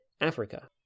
Africa